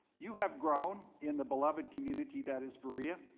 you have grown in the beloved community, that is berea,